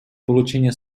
получение